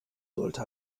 sollte